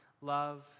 love